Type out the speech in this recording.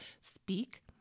speak